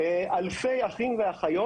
אלפי אחים ואחיות.